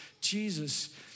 Jesus